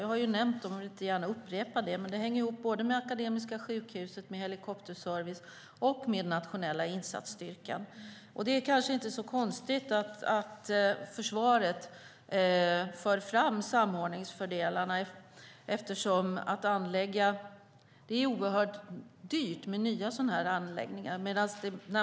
Jag har nämnt dem och vill inte gärna upprepa dem, men det hänger ihop både med Akademiska sjukhuset och dess helikopterservice och med nationella insatsstyrkan. Det är kanske inte så konstigt att försvaret för fram samordningsfördelarna, eftersom det är oerhört dyrt med nya sådana här anläggningar.